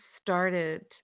started